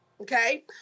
okay